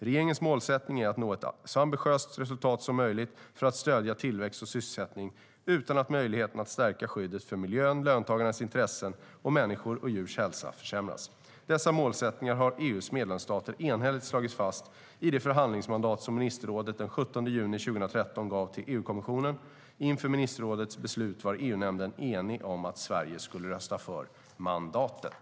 Regeringens målsättning är att nå ett så ambitiöst resultat som möjligt för att stödja tillväxt och sysselsättning utan att möjligheten att stärka skyddet för miljön, löntagarnas intressen och människors och djurs hälsa försämras. Dessa målsättningar har EU:s medlemsstater enhälligt slagit fast i det förhandlingsmandat som ministerrådet den 17 juni 2013 gav till EU-kommissionen. Inför ministerrådets beslut var EU-nämnden enig om att Sverige skulle rösta för mandatet.